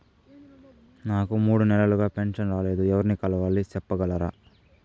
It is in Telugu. నాకు మూడు నెలలుగా పెన్షన్ రాలేదు ఎవర్ని కలవాలి సెప్పగలరా?